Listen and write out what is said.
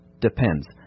depends